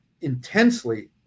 intensely